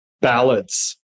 ballads